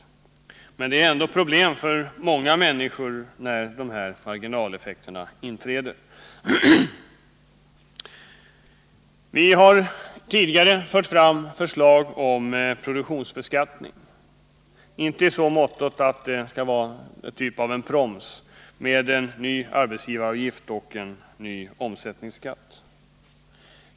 Det är ändå klart att det uppstår problem för många människor när dessa marginaleffekter inträder. Vi har tidigare fört fram förslag om en produktionsbeskattning, dock inte i form av en proms, vilket skulle innebära en ny arbetsgivaravgift och en ny omsättningsskatt.